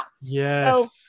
yes